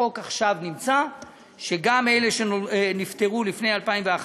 בחוק עכשיו נמצא שגם מי שנפטר לפני 2011,